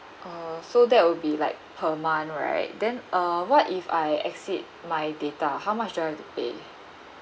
oh so that will be like per month right then uh what if I exceed my data how much do I have to pay